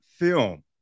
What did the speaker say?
film